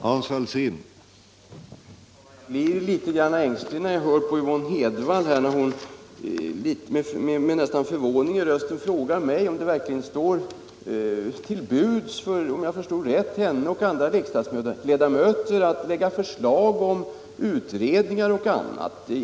Nr 33 Herr talman! Jag blev litet ängslig, när jag lyssnade på Yvonne Hedvall. Onsdagen den Nästan med förvåning i rösten frågade hon mig om det verkligen står 23 november 1977 henne och andra ledamöter fritt att lägga fram förslag om utredningar och annat.